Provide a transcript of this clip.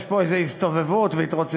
יש פה איזה הסתובבות והתרוצצות,